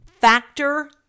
Factor